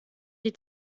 die